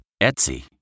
Etsy